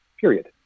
period